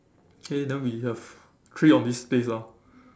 okay then we have three on this place ah